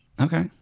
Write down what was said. Okay